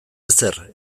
ezer